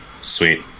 sweet